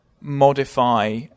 modify